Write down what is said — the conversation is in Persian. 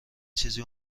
چیزی